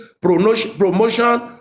promotion